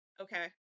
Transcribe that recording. Okay